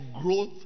growth